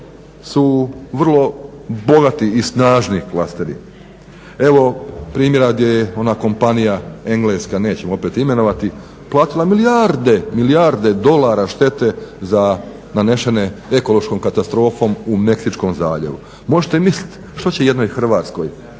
su vrlo bogati i snažni klasteri. Evo primjera gdje je ona kompanija engleska nećemo opet imenovati platila milijarde, milijarde dolara štete za nanešene ekološkom katastrofom u Meksičkom zaljevu. Možete misliti što će jednoj Hrvatskoj